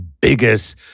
biggest